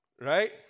Right